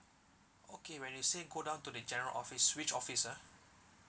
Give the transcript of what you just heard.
okay when you say go down to the general office which office ah